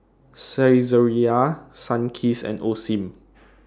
Saizeriya Sunkist and Osim